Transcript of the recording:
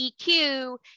EQ